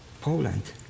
Poland